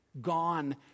gone